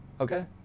okay